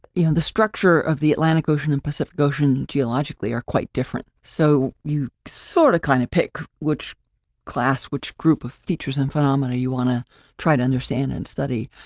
you know, and the structure of the atlantic ocean and pacific ocean geologically, are quite different. so, you sort of, kind of, pick which class, which group of features and phenomena you want to try to understand and study.